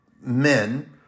men